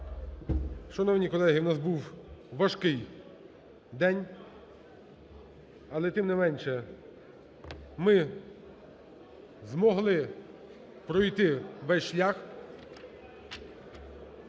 Шановні колеги, у нас був важкий день, але тим не менше, ми змогли пройти весь шлях.